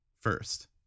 first